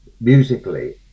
musically